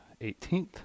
18th